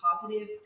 positive